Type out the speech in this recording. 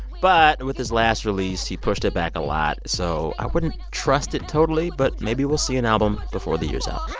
but with his last release, he pushed it back a lot, so i wouldn't trust it totally. but maybe we'll see an album before the year's out